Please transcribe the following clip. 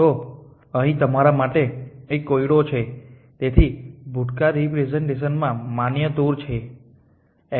તો અહીં તમારા માટે એક કોયડો છેતેથી ભૂતકાળના રિપ્રેસેંટેશનમાં માન્ય ટૂર હોય છે